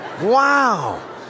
Wow